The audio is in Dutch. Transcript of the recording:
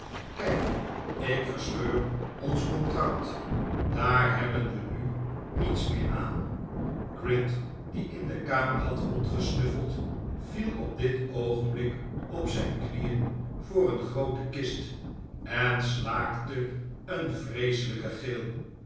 kijk ik verscheur ons contract daar hebben we nu niets meer aan gride die in de kamer had rondgesnuffeld viel op dit oogenblik op zijn knieen voor een groote kist en slaakte een vreeselijken gil